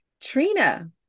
Trina